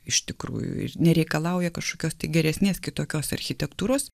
iš tikrųjų ir nereikalauja kažkokios tai geresnės kitokios architektūros